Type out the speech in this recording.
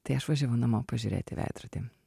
tai aš važiavau namo pažiūrėt į veidrodį